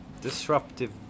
disruptive